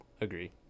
agree